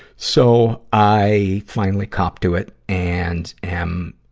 so i finally copped to it and am